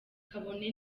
kabone